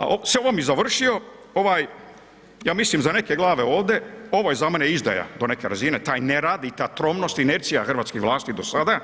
A s ovom bi i završio ovaj ja mislim za neke glave ovde ovo je za mene izdaja do neke razine taj nerad i ta tromnost inercija hrvatskih vlasti do sada